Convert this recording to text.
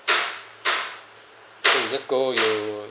I think you just go you would